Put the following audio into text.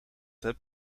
heb